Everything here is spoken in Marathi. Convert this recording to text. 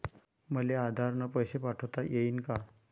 मले आधार न पैसे काढता येईन का?